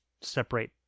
separate